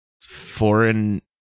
foreign